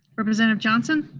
representative johnson?